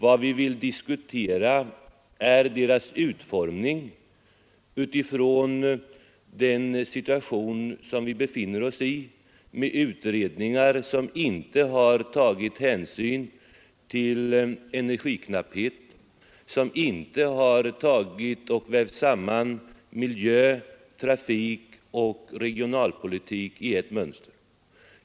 Vad vi vill diskutera är deras utformning med utgångspunkt i den situation som vi befinner oss med utredningar som inte har tagit hänsyn till energiknapphet och som inte har vävt samman miljö-, trafikoch regionalpolitik i ett mönster.